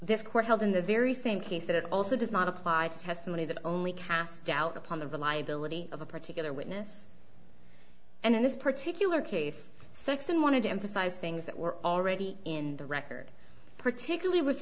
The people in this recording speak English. this court held in the very same case that also does not apply to testimony that only cast doubt upon the reliability of a particular witness and in this particular case sex and want to emphasize things that were already in the record particularly with